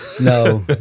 No